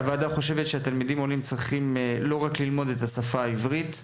הוועדה חושבת שתלמידים עולים צריכים לא רק ללמוד את השפה העברית,